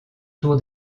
tour